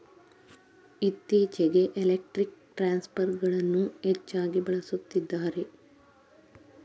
ಇತ್ತೀಚೆಗೆ ಎಲೆಕ್ಟ್ರಿಕ್ ಟ್ರಾನ್ಸ್ಫರ್ಗಳನ್ನು ಹೆಚ್ಚಾಗಿ ಬಳಸುತ್ತಿದ್ದಾರೆ